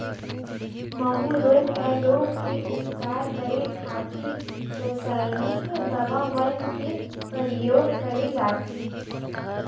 माहूँ रोग ऐ रोग के उपचार करे खातिर रसाइनिक दवा मन के परियोग करे जाथे